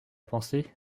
pensée